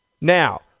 Now